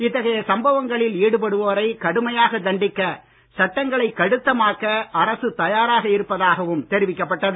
இத்தகைய சம்பவங்களில் ஈடுபடுவோரை கடுமையாகத் தண்டிக்க சட்டங்களை கடுத்தமாக்க அரசு தயாராக இருப்பதாகவும் தெரிவிக்கப்பட்டது